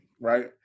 right